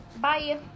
Bye